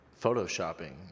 photoshopping